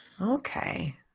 okay